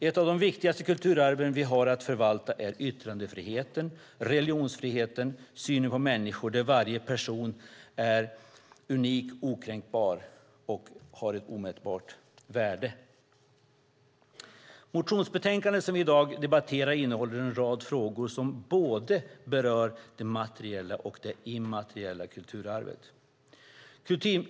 Ett av de viktigaste kulturarven vi har att förvalta är yttrandefriheten, religionsfriheten, synen på människorna, där varje person är unik, okränkbar och har ett omätbart värde. Motionsbetänkandet som vi i dag debatterar innehåller en rad frågor som berör både det materiella och det immateriella kulturarvet.